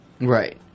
right